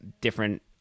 different